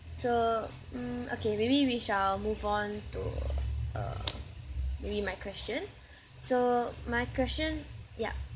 so mm okay maybe we shall move on to uh maybe my question so my question yup